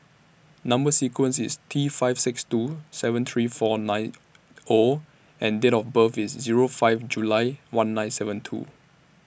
Number sequence IS T five six two seven three four nine O and Date of birth IS Zero five July one nine seven two